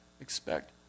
expect